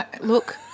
Look